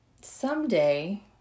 someday